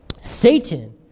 Satan